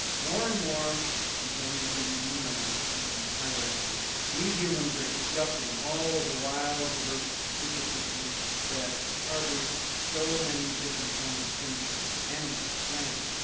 more and more i'm telling you things you know. but i'm highlighting them we humans are disrupting all of the wild, diverse ecosystems that harbored so many different kinds of creatures, animals, plants,